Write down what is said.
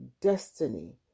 destiny